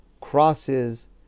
crosses